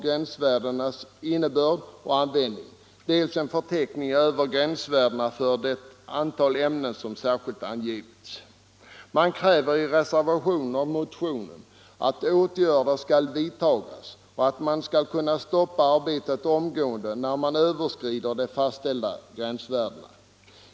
Man kräver i reservationen och motionen att åtgärder skall vidtagas och att man skall kunna stoppa arbetet omgående när de fastställda gränsvärdena överskrids.